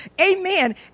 amen